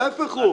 ההיפך הוא.